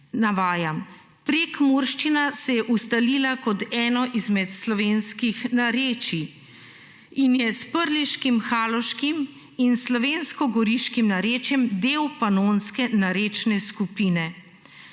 prekmurščina se je ustalila kot eno izmed slovenskih narečij in je s prleškim haloškim in slovenskogoriškim narečjem del panonske narečne skupine.